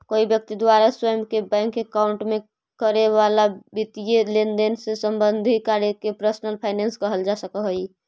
कोई व्यक्ति द्वारा स्वयं के बैंक अकाउंट में करे जाए वाला वित्तीय लेनदेन से संबंधित कार्य के पर्सनल फाइनेंस कहल जा सकऽ हइ